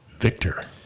Victor